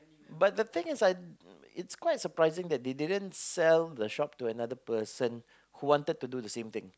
but the thing is like it's quite surprising that they didn't sell the shop to another person who wanted to do the same thing